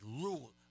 rule